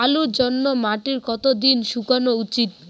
আলুর জন্যে মাটি কতো দিন শুকনো উচিৎ?